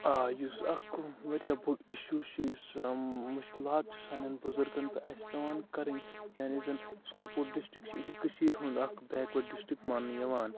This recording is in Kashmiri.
آ یُس اَکھ واریاہ بوٚڑ اِشوٗ چھِ یُس مُشکلات چھِ سانٮ۪ن بُزرگَن تہٕ اَسہِ پٮ۪وان کَرٕنۍ یعنی زَن یُس کۄپوور ڈِسٹِرٛک چھِ یہِ چھِ کٔشیٖرِ ہُںٛد اَکھ بیکوٲڈ ڈِسٹِرٛک ماننہٕ یِوان